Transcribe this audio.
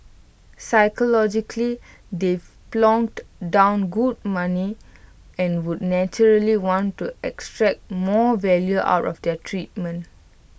psychologically they've plonked down good money and would naturally want to extract more value out of their treatment